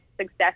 success